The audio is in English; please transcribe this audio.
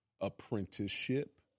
apprenticeship